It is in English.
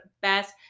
best